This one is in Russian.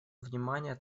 внимания